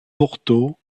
porto